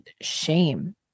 shame